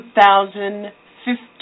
2015